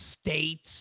states